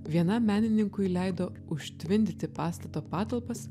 vienam menininkui leido užtvindyti pastato patalpas